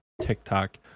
TikTok